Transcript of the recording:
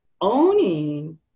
owning